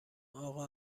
اقا